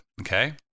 okay